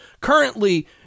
currently